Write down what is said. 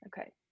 Okay